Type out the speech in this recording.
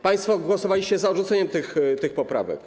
Państwo głosowaliście za odrzuceniem tych poprawek.